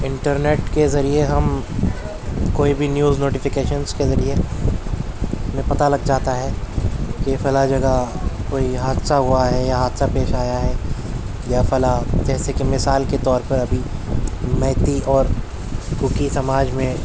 internet کے ذریعے ہم کوئی بھی نیوز نوٹیفیکیشنس کے ذریعے ہمیں پتہ لگ جاتا ہے کہ فلاں جگہ کوئی حادثہ ہوا ہے یا حادثہ پیش آیا ہے یا فلاں جیسے کہ مثال کے طور پر ابھی میتی اور کوکی سماج میں